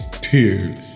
tears